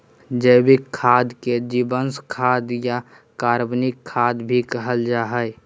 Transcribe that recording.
जैविक खाद के जीवांश खाद या कार्बनिक खाद भी कहल जा हइ